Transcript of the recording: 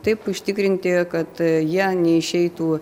taip užtikrinti kad jie neišeitų